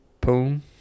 Boom